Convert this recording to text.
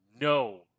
no